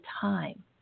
time